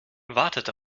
wartet